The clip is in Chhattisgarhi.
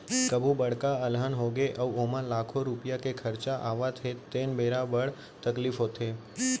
कभू बड़का अलहन होगे अउ ओमा लाखों रूपिया के खरचा आवत हे तेन बेरा बड़ तकलीफ होथे